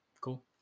cool